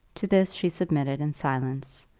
to this she submitted in silence,